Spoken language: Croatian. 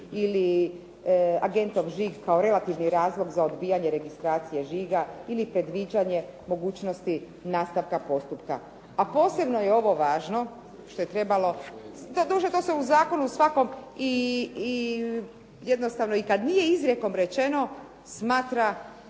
ili agentov žig kao relativni razlog za odbijanje registracije žiga, ili predviđanje mogućnosti nastavka postupka. A posebno je ovo važno što je trebalo, doduše to se u zakonu svakom jednostavno i kad nije izrijekom rečeno smatra